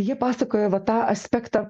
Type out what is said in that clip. jie pasakoja va tą aspektą